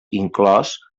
inclòs